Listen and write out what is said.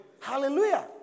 Hallelujah